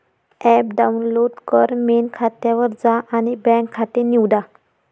app download कर, मेन खात्यावर जा आणि बँक खाते निवडा